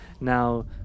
Now